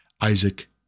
Isaac